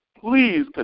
please